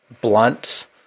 blunt